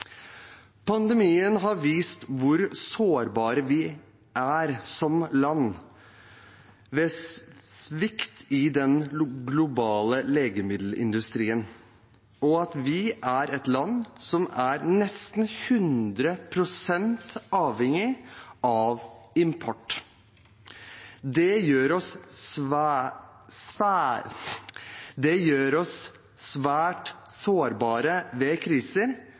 Pandemien har vist hvor sårbare vi er som land ved svikt i den globale legemiddelindustrien, og at vi er et land som er nesten 100 pst. avhengig av import. Det gjør oss